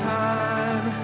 time